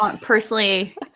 personally